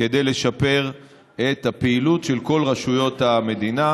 כדי לשפר את הפעילות של כל רשויות המדינה